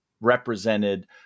represented